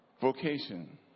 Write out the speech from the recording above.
vocation